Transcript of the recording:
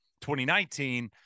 2019